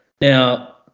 Now